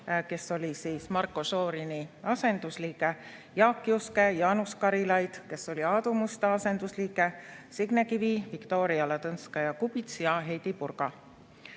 kes oli Marko Šorini asendusliige, Jaak Juske, Jaanus Karilaid, kes oli Aadu Musta asendusliige, Signe Kivi, Viktoria Ladõnskaja-Kubits ja Heidy Purga.